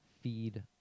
feed